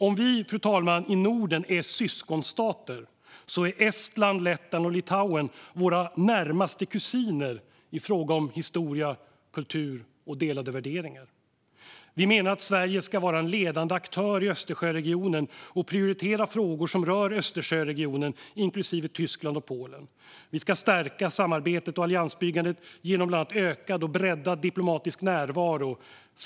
Om vi i Norden är syskonstater är Estland, Lettland och Litauen våra närmaste kusiner i fråga om historia, kultur och delade värderingar. Vi menar att Sverige ska vara en ledande aktör i Östersjöregionen och prioritera frågor som rör Östersjöregionen, inklusive Tyskland och Polen. Vi ska stärka samarbetet och alliansbyggandet genom bland annat ökad och breddad diplomatisk närvaro i regionen.